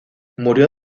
murió